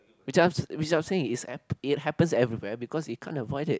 which I've which I'm saying is ap~ it happens everywhere because you can't avoid it